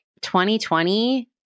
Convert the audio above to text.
2020